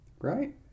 right